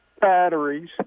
batteries